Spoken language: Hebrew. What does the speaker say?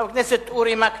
חבר הכנסת אורי מקלב,